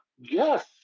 yes